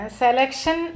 selection